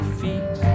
feet